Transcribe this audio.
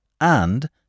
And